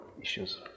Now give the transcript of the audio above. issues